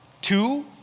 Two